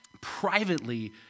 privately